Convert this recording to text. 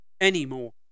anymore